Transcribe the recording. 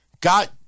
got